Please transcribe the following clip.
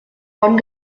bonn